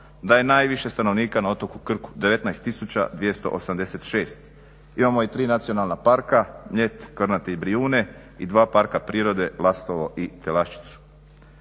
da je najviše stanovnika na otoku Krku, 19 tisuća 286 imamo i tri Nacionalna parka Mljet, Kornati i Brijune i dva Parka prirode Lastovo i Telašćicu.